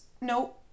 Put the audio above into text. no